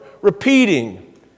repeating